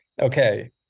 okay